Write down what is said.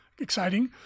exciting